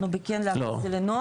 אנחנו --- להכניס את זה לנוהל.